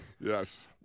Yes